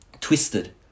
twisted